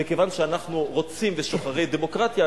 וכיוון שאנחנו רוצים דמוקרטיה ושוחרי דמוקרטיה,